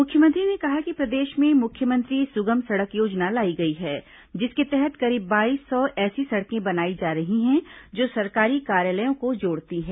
मुख्यमंत्री ने कहा कि प्रदेश में मुख्यमंत्री सुगम सड़क योजना लाई गई है जिसके तहत करीब बाईस सौ ऐसी सड़कें बनाई जा रही हैं जो सरकारी कार्यालयों को जोड़ती है